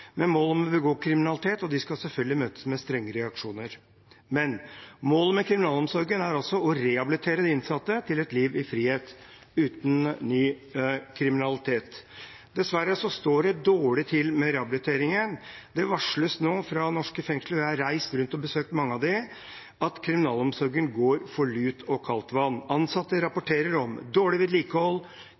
med mål om å begå kriminalitet, og de skal selvfølgelig møtes med strenge reaksjoner. Men målet med kriminalomsorgen er å rehabilitere de innsatte til et liv i frihet, uten ny kriminalitet. Dessverre står det dårlig til med rehabiliteringen. Det varsles nå fra norske fengsler – jeg har reist rundt og besøkt mange av dem – at kriminalomsorgen går for lut og kaldt vann. Ansatte rapporterer om dårlig vedlikehold,